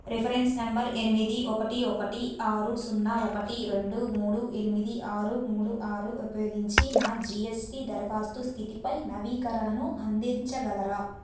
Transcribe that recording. reference number ఎనిమిది ఒకటి ఒకటి ఆరు సున్నా ఒకటి రెండు మూడు ఎనిమిది ఆరు మూడు ఆరు ఉపయోగించి నా జి ఎస్ టి దరఖాస్తు స్థితిపై నవీకరణను అందించగలరా